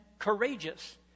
courageous